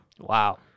Wow